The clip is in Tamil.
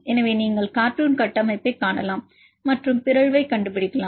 எனவே நீங்கள் கார்ட்டூன் கட்டமைப்பைக் காணலாம் மற்றும் பிறழ்வை கண்டுபிடிக்கலாம்